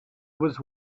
was